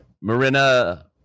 Marina